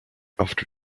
after